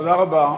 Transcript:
תודה רבה.